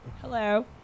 Hello